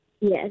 Yes